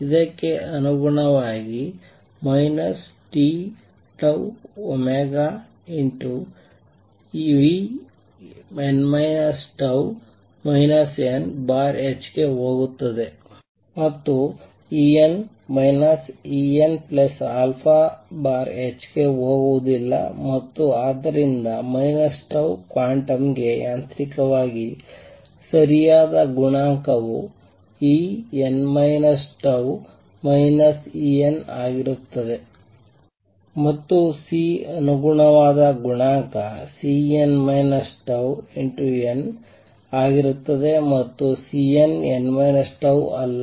ಇದಕ್ಕೆ ಅನುಗುಣವಾಗಿ tτω En τ Enℏ ಗೆ ಹೋಗುತ್ತದೆ ಮತ್ತು En Enℏ ಗೆ ಹೋಗುವುದಿಲ್ಲ ಮತ್ತು ಆದ್ದರಿಂದ τ ಕ್ವಾಂಟಮ್ಗೆ ಯಾಂತ್ರಿಕವಾಗಿ ಸರಿಯಾದ ಗುಣಾಂಕವು En τ En ಆಗಿರುತ್ತದೆ ಮತ್ತು C ಅನುಗುಣವಾದ ಗುಣಾಂಕ Cn τn ಆಗಿರುತ್ತದೆ ಮತ್ತು Cnnτ ಅಲ್ಲ